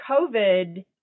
COVID